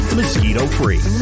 mosquito-free